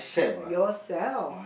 yourself